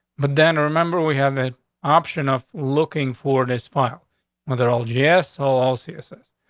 but then remember, we haven't option off looking for this file with their old gso also uses.